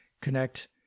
connect